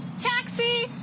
Taxi